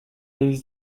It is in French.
les